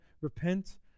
Repent